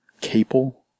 Capel